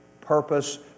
purpose